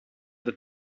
the